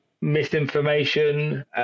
misinformation